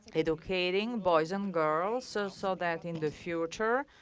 educating boys and girls so so that in the future,